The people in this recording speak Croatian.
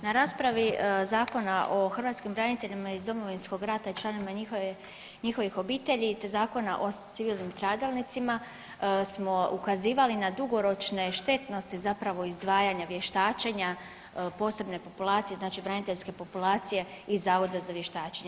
Na raspravi Zakona o hrvatskim braniteljima iz Domovinskog rata i članovima njihovih obitelji, te Zakona o civilnim stradalnicima smo ukazivali na dugoročne štetnosti zapravo izdvajanja vještačenja posebne populacije, znači braniteljske populacije i Zavoda za vještačenje.